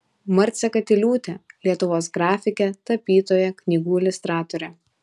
marcė katiliūtė lietuvos grafikė tapytoja knygų iliustratorė